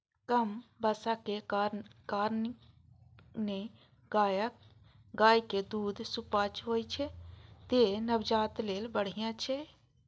कम बसा के कारणें गायक दूध सुपाच्य होइ छै, तें नवजात लेल बढ़िया छै